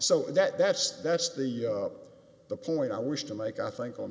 so that that's that's the the point i wish to make i think on